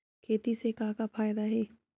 खेती से का का फ़ायदा हे?